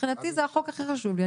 שמבחינתי זה החוק שהכי חשוב לי.